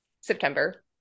September